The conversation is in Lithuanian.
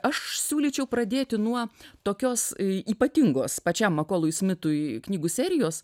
aš siūlyčiau pradėti nuo tokios ypatingos pačiam makolui smitui knygų serijos